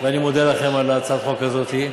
ואני מודה לכם על הצעת החוק הזאת,